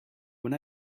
when